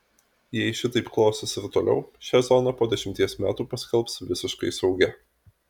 jei šitaip klosis ir toliau šią zoną po dešimties metų paskelbs visiškai saugia